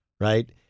right